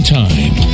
time